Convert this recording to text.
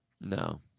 No